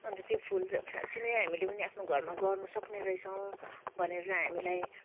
अन्त त्यो फुल चाहिँ साँच्चि नै हामीले पनि आफ्नो घरमा गर्नु सक्ने रहेछौँ भनेर चाहिँ हामीलाई